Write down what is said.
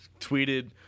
tweeted